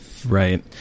right